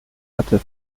hatte